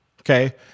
okay